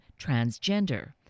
transgender